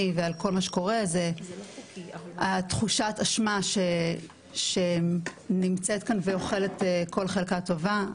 ועל כל מה שקורה זה תחושת האשמה שנמצאת כאן ואוכלת כל חלקה טובה.